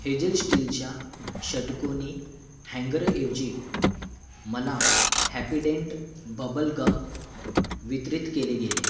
hazel स्टीलच्या षटकोनी हँगर ऐवजी मला हॅपिडेंट बबल गम वितरित केले गेले